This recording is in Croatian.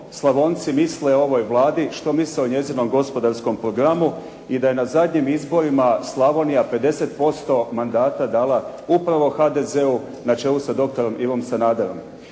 Slavonci misle o ovoj Vladi, što misle o njezinom gospodarskom programu, i da je na zadnjim izborima Slavonija 50% mandata dala upravo HDZ-u na čelu sa dr. Ivom Sanaderom.